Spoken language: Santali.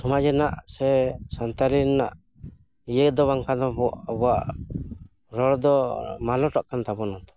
ᱥᱚᱢᱟᱡᱽ ᱨᱮᱱᱟᱜ ᱥᱮ ᱥᱟᱱᱛᱟᱞᱤ ᱨᱮᱱᱟᱜ ᱤᱭᱟᱹ ᱫᱚ ᱵᱟᱝ ᱠᱟᱱ ᱛᱟᱵᱚᱱᱟ ᱟᱵᱚᱣᱟᱜ ᱨᱚᱲ ᱫᱚ ᱢᱟᱞᱚᱴᱚᱜ ᱠᱟᱱ ᱛᱟᱵᱚᱱᱟ ᱛᱚ